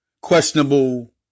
questionable